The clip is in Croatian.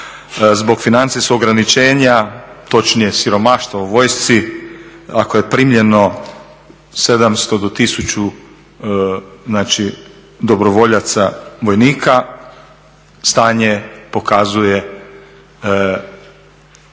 zbog financijskog ograničenja, točnije siromaštva u vojsci, ako je primljeno 700 do 1000, znači dobrovoljaca vojnika stanje pokazuje da se